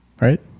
right